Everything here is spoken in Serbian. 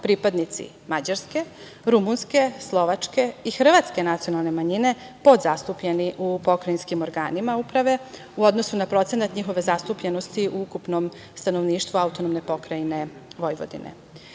pripadnici mađarske, rumunske, slovačke i hrvatske nacionalne manjine podzastupljeni u pokrajinskim organima uprave u odnosu na procenat njihove zatupljenosti u ukupnom stanovništvu AP Vojvodine. Značajno je